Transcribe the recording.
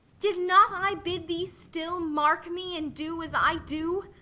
did not i bid thee still mark me and do as i do?